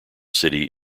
city